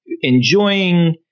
enjoying